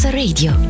radio